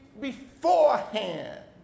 beforehand